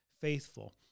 faithful